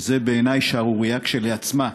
שזה בעיניי שערורייה כשלעצמו,